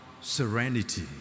serenity